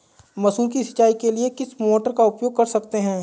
मसूर की सिंचाई के लिए किस मोटर का उपयोग कर सकते हैं?